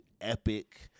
epic